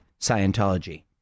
Scientology